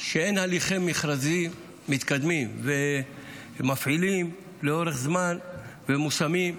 אין הליכי מכרזים מתקדמים ומפעילים לאורך זמן ומושמים,